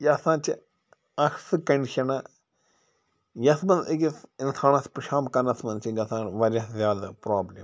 یہِ ہَسا چھِ اَکھ سُہ کَنڈِشَنہ یَتھ منٛز أکِس اِنسانَس پِیشاب کَرنَس منٛز چھِ گژھان واریاہ زیادٕ پرٛابلِم